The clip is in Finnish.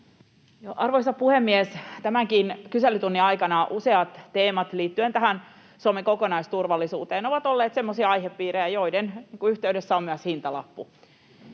Arvoisa puhemies! Tämänkin kyselytunnin aikana useat teemat liittyen tähän Suomen kokonaisturvallisuuteen ovat olleet semmoisia aihepiirejä, joiden yhteydessä on myös hintalappu.